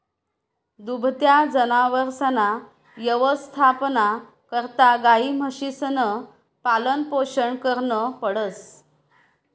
दुभत्या जनावरसना यवस्थापना करता गायी, म्हशीसनं पालनपोषण करनं पडस